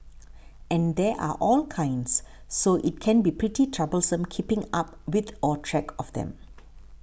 and there are all kinds so it can be pretty troublesome keeping up with or track of them